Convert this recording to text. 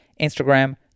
Instagram